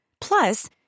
Plus